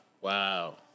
Wow